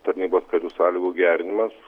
tarnybos karių sąlygų gerinimas